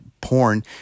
porn